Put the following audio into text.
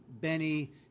Benny